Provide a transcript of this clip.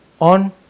on